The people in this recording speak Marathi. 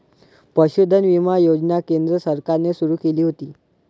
पशुधन विमा योजना केंद्र सरकारने सुरू केली होती